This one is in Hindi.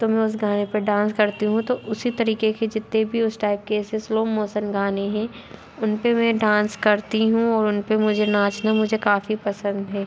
तो मैं उस गाने पे डांस करती हूँ तो उसी तरीके के जितने भी उस टाइप के ऐसे स्लो मोसन गाने है उनपे मे डांस करती हूँ और उनपे मुझे नाचना मुझे काफ़ी पसंद है